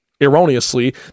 erroneously